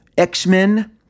X-Men